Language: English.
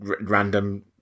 random